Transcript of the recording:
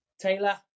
Taylor